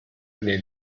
nei